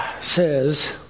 says